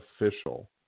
official